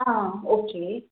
ஆ okay